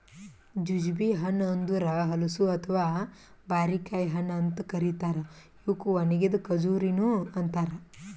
jujube ಹಣ್ಣ ಅಂದುರ್ ಹಲಸು ಅಥವಾ ಬಾರಿಕಾಯಿ ಹಣ್ಣ ಅಂತ್ ಕರಿತಾರ್ ಇವುಕ್ ಒಣಗಿದ್ ಖಜುರಿನು ಅಂತಾರ